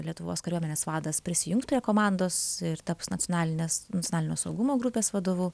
lietuvos kariuomenės vadas prisijungs prie komandos ir taps nacionalinės socialinio saugumo grupės vadovu